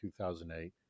2008